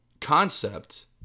concept